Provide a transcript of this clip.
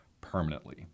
permanently